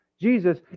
Jesus